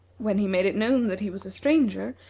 when he made it known that he was a stranger,